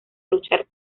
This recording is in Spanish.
luchar